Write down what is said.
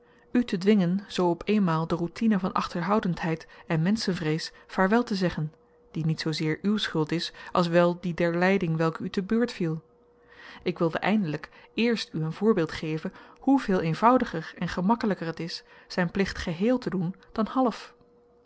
u te dwingen zoo op eenmaal de routine van achterhoudendheid en menschenvrees vaarwel te zeggen die niet zoozeer uw schuld is als wel die der leiding welke u te beurt viel ik wilde eindelyk eerst u een voorbeeld geven hoeveel eenvoudiger en gemakkelyker het is zyn plicht geheel te doen dan half